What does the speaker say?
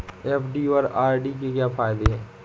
FD और RD के क्या फायदे हैं?